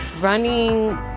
Running